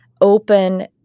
open